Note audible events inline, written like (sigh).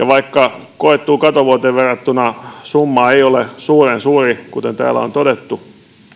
(unintelligible) vaikka koettuun katovuoteen verrattuna summa ei ole suuren suuri kuten täällä on todettu